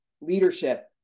leadership